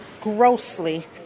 grossly